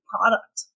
product